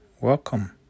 welcome